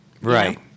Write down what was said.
right